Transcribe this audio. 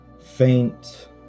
faint